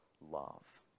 love